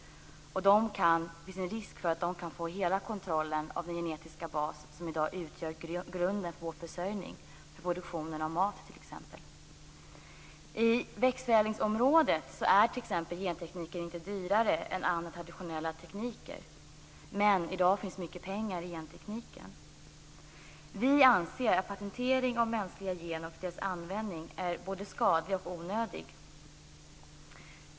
Det finns då en risk att de kan få hela kontrollen över den genetiska bas som i dag utgör grunden för vår försörjning, t.ex. produktionen av mat. På växtförädlingsområdet är gentekniken inte dyrare än andra traditionella tekniker. I dag finns det dock mycket pengar i gentekniken. Vi anser att patentering av mänskliga gener och deras användning är både skadlig och onödig.